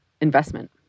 investment